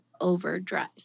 overdrive